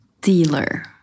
Dealer